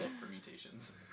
permutations